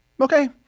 Okay